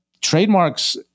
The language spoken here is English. trademarks